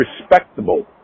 respectable